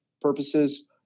purposes